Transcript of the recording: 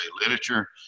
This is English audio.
literature